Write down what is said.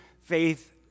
faith